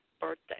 birthday